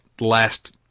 last